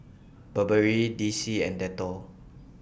Burberry D C and Dettol